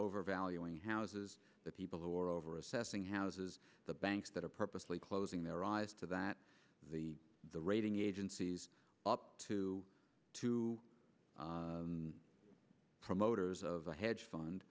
overvaluing houses the people who are over assessing houses the banks that are purposely closing their eyes to that the the rating agencies to two promoters of the hedge fund